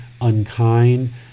unkind